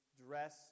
dress